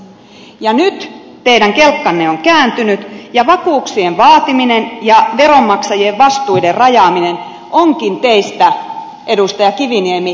nyt teidän kelkkanne on kääntynyt ja vakuuksien vaatiminen ja veronmaksajien vastuiden rajaaminen onkin teistä edustaja kiviniemi teatteria